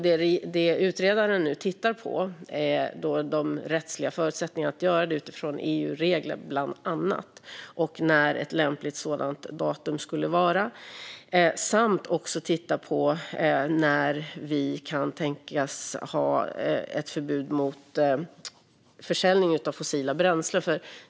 Det utredaren nu tittar på är de rättsliga förutsättningarna att göra det utifrån bland annat EU-regler och när ett lämpligt sådant datum skulle vara samt när vi kan tänkas ha ett förbud mot försäljning av fossila bränslen.